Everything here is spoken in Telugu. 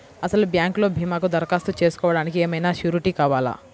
అసలు బ్యాంక్లో భీమాకు దరఖాస్తు చేసుకోవడానికి ఏమయినా సూరీటీ కావాలా?